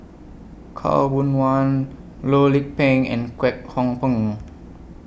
Khaw Boon Wan Loh Lik Peng and Kwek Hong Png